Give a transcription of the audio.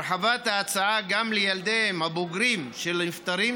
הרחבת ההצעה גם לילדיהם הבוגרים של הנפטרים,